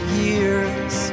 years